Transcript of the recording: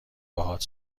باهات